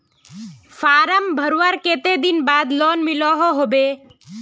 Form भरवार कते दिन बाद लोन मिलोहो होबे?